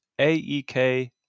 AEK